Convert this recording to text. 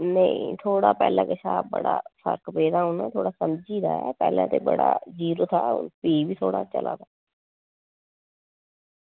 नेईं थोह्ड़ा पैह्लें कशा बड़ा फर्क पेदा हून थोह्ड़ा समझी गेदा पैह्लें ते बड़ा जीरो हा हून भी बी चला दा